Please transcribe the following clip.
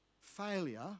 failure